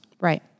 Right